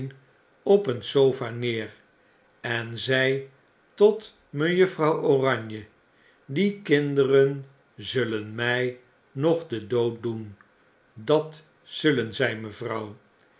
op een sofa neer en zei tot mejuffrouw oranje die kinderen zullen my nog den dood doen dat zullen zy mevrouw